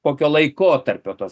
kokio laikotarpio tos